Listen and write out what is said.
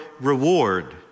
reward